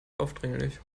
aufdringlich